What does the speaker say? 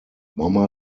mama